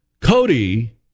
Cody